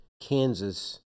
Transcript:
Kansas